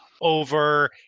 over